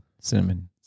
Cinnamon